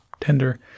tender